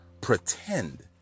pretend